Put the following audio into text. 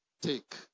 take